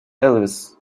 elvis